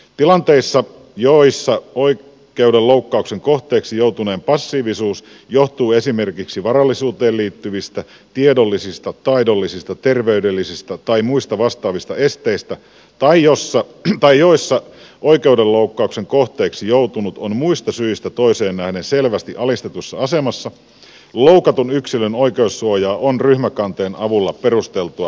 tilanteissa joissa oikeudenloukkauksen kohteeksi joutuneen passiivisuus johtuu esimerkiksi varallisuuteen liittyvistä tiedollisista taidollisista terveydellisistä tai muista vastaavista esteistä tai joissa oikeudenloukkauksen kohteeksi joutunut on muista syistä toiseen nähden selvästi alistetussa asemassa loukatun yksilön oikeussuojaa on ryhmäkanteen avulla perusteltua parantaa